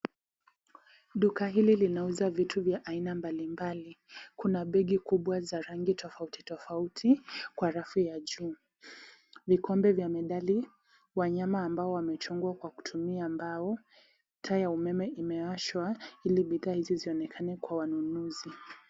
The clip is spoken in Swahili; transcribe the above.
Duka hili linauza vitu vya aina mbali mbali. Kuna begi kubwa za aina tofauti tofauti kwa rafu ya juu. Vikombe vya medali, wanyama ambao wamechongwa kwa kutumia mbao, taa ya umeme imewashwa ili bidhaa hizi zionekana kwa wanunuzi.